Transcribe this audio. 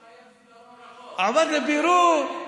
זיכרון נכון, ראינו בטלוויזיה.